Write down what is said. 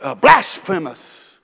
blasphemous